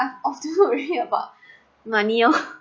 I'm so worried about money oh